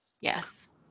Yes